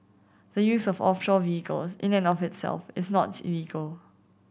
the use of offshore vehicles in and of itself is not illegal